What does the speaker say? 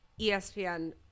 ESPN